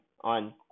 on